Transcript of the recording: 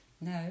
No